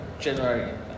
January